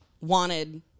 wanted